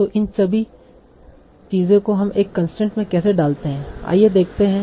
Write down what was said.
तो इन सभी चीजें को हम एक कंसट्रेंट में कैसे डालते हैं आइए देखते हैं